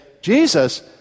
Jesus